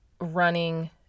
running